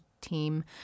team